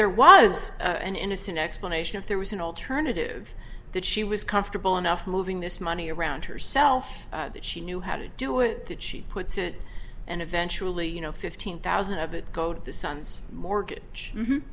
there was an innocent explanation if there was an alternative that she was comfortable enough moving this money around herself that she knew how to do it that she puts it and eventually you know fifteen thousand of it go to the son's mortgage